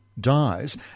dies